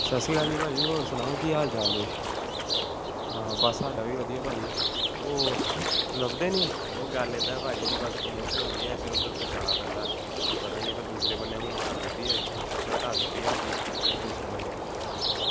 ਸਤਿ ਸ਼੍ਰੀ ਅਕਾਲ ਜੀ ਭਾਅ ਜੀ ਹੋਰ ਸੁਣਾਓ ਕੀ ਹਾਲ ਚਾਲ ਜੇ ਬਸ ਸਾਡਾ ਵੀ ਵਧੀਆ ਭਾਅ ਜੀ ਉਹ ਲੱਭਦੇ ਨਹੀਂ ਉਹ ਗੱਲ ਇੱਦਾਂ ਭਾਅ ਜੀ ਕਿ ਬਸ ਪ੍ਰਮੋਸ਼ਨ ਹੋ ਗਈ ਹੈ ਇੱਧਰ ਉੱਧਰ ਫਿਰ ਜਾਣਾ ਪੈਂਦਾ ਤੁਹਾਨੂੰ ਪਤਾ ਹੀ ਹੈ ਫਿਰ ਦੂਸਰੇ ਬੰਨੇ ਹੁਣ ਕਰ ਦਿੱਤੀ ਹੈ ਇੱਥੋਂ ਸ਼ਿਫਟ ਹਟਾ ਦਿੱਤੀ ਸਾਡੀ ਅਤੇ ਫਿਰ ਦੂਸਰੇ ਬੰਨੇ ਕਰਤੀ ਹਾਂਜੀ